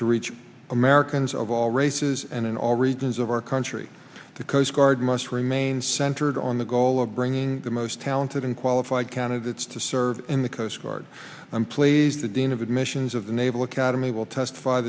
to reach americans of all races and in all regions of our country the coast guard must remain centered on the goal of bringing the most talented and qualified candidates to serve in the coast guard i'm pleased the dean of admissions of the naval academy will testify